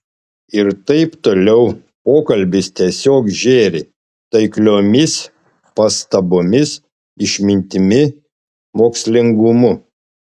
ir taip toliau pokalbis tiesiog žėri taikliomis pastabomis išmintimi mokslingumu